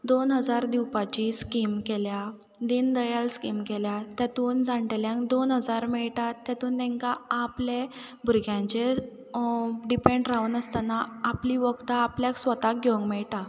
दोन हजार दिवपाची स्कीम केल्या दीन दयाल स्कीम केल्या तेतून जाण्टेल्यांक दोन हजार मेळटात तेतून तेंकां आपलें भुरग्यांचेर डिपेंड रावं नासतना आपली वखदां आपल्याक स्वताक घेवंक मेळटा